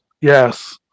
Yes